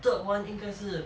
third [one] 应该是